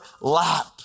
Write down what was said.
lap